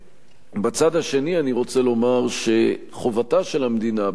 ובצד השני אני רוצה לומר שחובתה של המדינה,